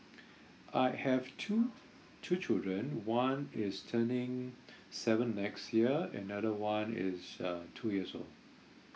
I have two two children one is turning seven next year another [one] is uh two years old